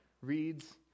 reads